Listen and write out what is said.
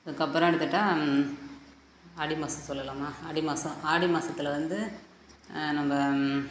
அதுக்கப்புறம் எடுத்துக்கிட்டால் ஆடி மாசம் சொல்லலாமா ஆடி மாசம் ஆடி மாதத்துல வந்து நம்ப